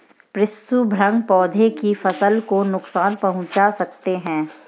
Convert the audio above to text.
पिस्सू भृंग पौधे की फसल को नुकसान पहुंचा सकते हैं